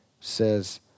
says